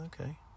okay